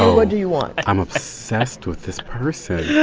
so do you want? i'm obsessed with this person.